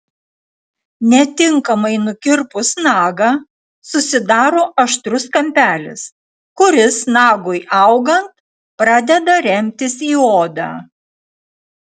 netinkamai nukirpus nagą susidaro aštrus kampelis kuris nagui augant pradeda remtis į odą